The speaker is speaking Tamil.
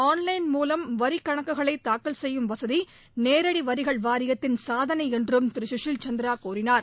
ஆன்லைன் மூலம் வரி கணக்குகளை தாக்கல் செய்யும் வசதி நேரடி வரிகள் வாரியத்தின் சாதனை என்றும் திரு சுஷில் சந்திரா கூறினார்